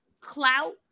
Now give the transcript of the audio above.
clout